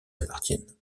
appartiennent